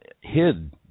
hid